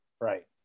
Right